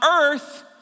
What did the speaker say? earth